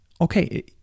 okay